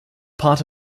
part